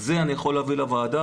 זה אני יכול להביא לוועדה,